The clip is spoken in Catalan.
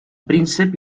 príncep